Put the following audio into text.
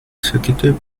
executive